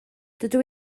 dydw